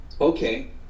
okay